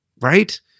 right